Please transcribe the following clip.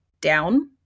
down